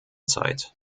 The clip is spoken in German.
zeit